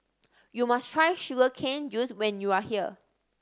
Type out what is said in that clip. you must try sugar cane juice when you are here